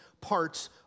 parts